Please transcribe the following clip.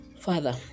Father